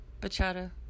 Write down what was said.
bachata